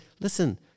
listen